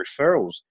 referrals